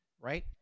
right